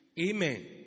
Amen